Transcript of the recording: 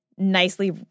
nicely